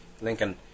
Lincoln